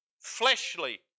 fleshly